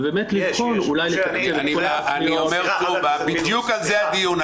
ובאמת לבחון אולי --- בדיוק על זה הדיון.